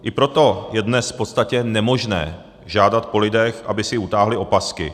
I proto je dnes v podstatě nemožné žádat po lidech, aby si utáhli opasky.